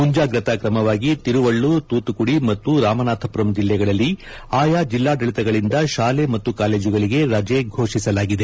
ಮುಂಜಾಗ್ರತಾ ಕ್ರಮವಾಗಿ ತಿರುವಳ್ಳೂರ್ ತೂತುಕುಡಿ ಮತ್ತು ರಾಮನಾಥಮರಂ ಜಿಲ್ಲೆಗಳಲ್ಲಿ ಆಯಾ ಜಿಲ್ಲಾಡಳಿತಗಳಿಂದ ಶಾಲೆ ಮತ್ತು ಕಾಲೇಜುಗಳಿಗೆ ರಜೆ ಘೋಷಿಸಲಾಗಿದೆ